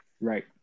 Right